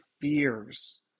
fears